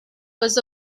was